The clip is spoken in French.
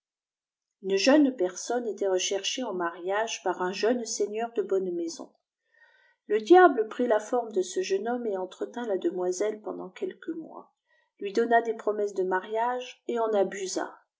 une jeune personne était recherchée en mariage par un jeune seigneur de bonne maison le diable prit la forme de ce jeune homme et entretint la demoiselle pendant quelques mois lui donna des promesses de mariages et en abusa